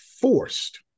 forced